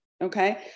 Okay